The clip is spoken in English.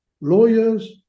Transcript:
lawyers